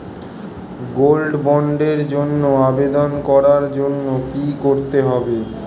Gold বন্ডের জন্য আবেদন করার জন্য কি করতে হবে?